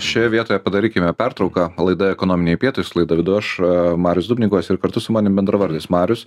šioje vietoje padarykime pertrauką laida ekonominiai pietūs laidą vedu aš marius dubnikovas ir kartu su manim bendravardis marius